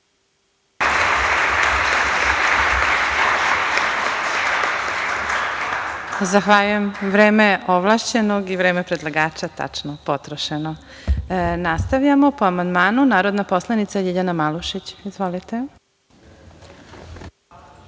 Zahvaljujem. Vreme ovlašćenog i vreme predlagača tačno potrošeno. Nastavljamo po amandmanu, narodna poslanica Ljiljana Malušić. Izvolite.